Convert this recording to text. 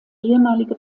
ehemalige